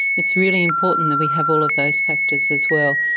it's really important that we have all of those factors as well,